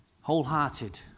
Wholehearted